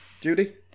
Judy